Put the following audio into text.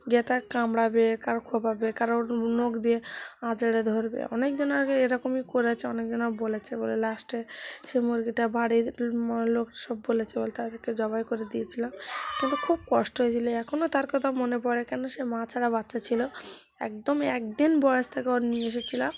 গিয়ে তার কামড়াবে কারো কোপাবে কারোর নোখ দিয়ে আঁচড়ে ধরবে অনেকজনের আগে এরকমই করেছে অনেকজন বলেছে বলে লাস্টে সেই মুরগিটা বাড়ির মো লোক সব বলেছে বলে তাদেরকে জবাই করে দিয়েছিলাম তাতে খুব কষ্ট হয়েছিল এখনও তার কথা মনে পড়ে কেন সে মা ছাড়া বাচ্চা ছিল একদম একদিন বয়স থেকে ওর নিয়ে এসেছিলাম